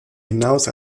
hinaus